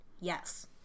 Yes